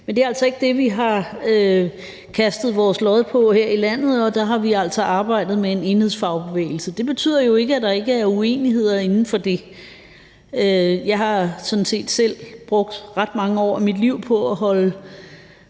men det er altså ikke det, vi har kastet vores lod på her i landet, for der har vi arbejdet med en enhedsfagbevægelse. Det betyder jo ikke, at der ikke er uenigheder inden for det. Jeg har sådan set selv brugt ret mange år af mit liv på at holde